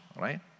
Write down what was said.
right